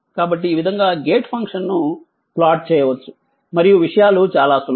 కాబట్టి ఈ విధంగా గేట్ ఫంక్షన్ను ప్లాట్ చేయవచ్చు మరియు విషయాలు చాలా సులభం